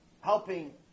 helping